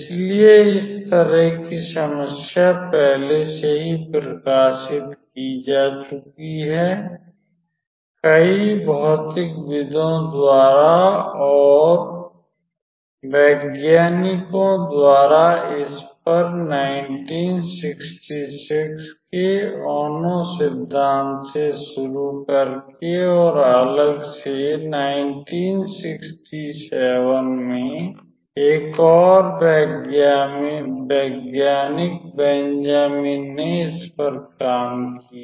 इसलिए इस तरह की समस्या पहले से ही प्रकाशित की जा चुकी है कई भौतिकविदों द्वारा और वैज्ञानिकों द्वारा इस पर 1966 के ओनो सिद्धांत से शुरू करके और अलग से 1967 में एक और वैज्ञानिक बेंजामिन ने इस पर काम किया